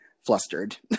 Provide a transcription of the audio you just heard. flustered